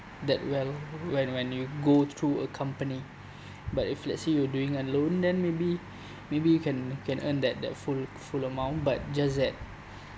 that well when when you go through a company but if let's say you're doing alone then maybe maybe you can can earn that that full full amount but just that